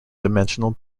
dimensional